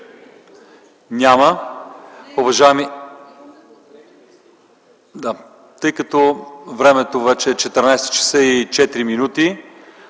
няма.